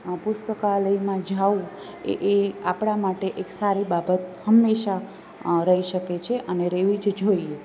પુસ્તકાલયમાં જાવું એ એ આપણા માટે એક સારી બાબત હંમેશા રહી શકે છે અને રહેવી જ જોઈએ